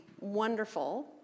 wonderful